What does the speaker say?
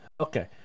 Okay